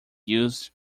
used